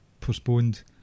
postponed